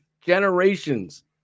Generations